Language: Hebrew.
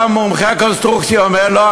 בא מומחה קונסטרוקציה ואומר: לא,